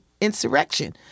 insurrection